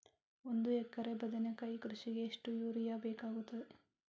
ಒಂದು ಎಕರೆ ಬದನೆಕಾಯಿ ಕೃಷಿಗೆ ಎಷ್ಟು ಯೂರಿಯಾ ಬೇಕಾಗುತ್ತದೆ?